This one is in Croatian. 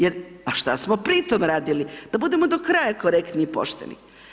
Jer a šta smo pri tome radili, da budemo do kraja korektni i pošteni?